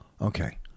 Okay